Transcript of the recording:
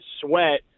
Sweat